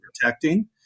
protecting